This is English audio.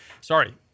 Sorry